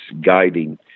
guiding